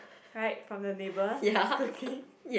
right from the neighbor's cooking